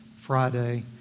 Friday